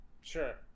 Sure